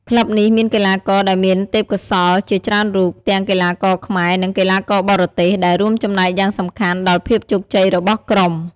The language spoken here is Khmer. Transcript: ក្លឹបនេះមានកីឡាករដែលមានទេពកោសល្យជាច្រើនរូប ទាំងកីឡាករខ្មែរ និងកីឡាករបរទេស ដែលរួមចំណែកយ៉ាងសំខាន់ដល់ភាពជោគជ័យរបស់ក្រុម។